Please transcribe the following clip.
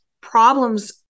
problems